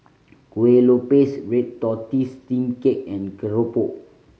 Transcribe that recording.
Kueh Lopes red tortoise steamed cake and keropok